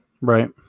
right